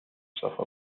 suffer